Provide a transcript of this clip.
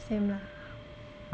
same lah